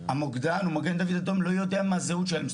המוקדן הוא מגן דוד אדום לא יודע מה הזהות שלהם,